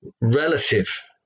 relative